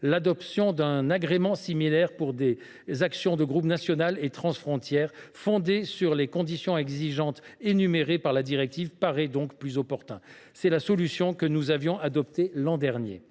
L’adoption d’un agrément similaire pour les actions de groupe nationales et transfrontalières, fondé sur les conditions exigeantes énumérées par la directive, paraît donc plus opportune : c’est la solution que nous avions adoptée l’an dernier.